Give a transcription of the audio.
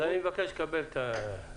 אני מבקש לקבל את דוח הנתונים הזה.